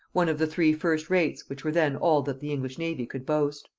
one of the three first-rates which were then all that the english navy could boast.